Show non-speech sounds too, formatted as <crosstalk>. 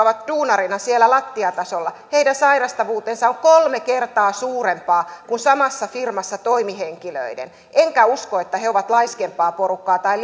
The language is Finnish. <unintelligible> ovat duunarina siellä lattiatasolla sairastavuus on kolme kertaa suurempaa kuin samassa firmassa toimihenkilöiden enkä usko että he ovat laiskempaa porukkaa tai <unintelligible>